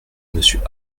monsieur